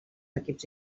equips